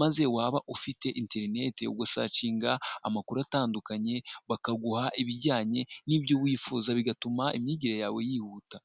maze waba ufite interinet ugasacinga amakuru atandukanye bakaguha ibijyanye n'ibyo wifuza bigatuma imyigire yawe yihuta.